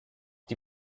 die